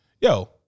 Yo